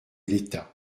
l’état